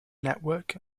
network